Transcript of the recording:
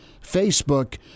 Facebook